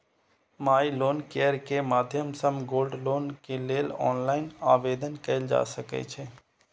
माइ loan care के माध्यम सं गोल्ड लोन के लेल ऑनलाइन आवेदन कैल जा सकै छै